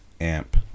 amp